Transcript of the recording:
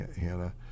Hannah –